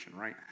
right